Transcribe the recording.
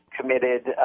committed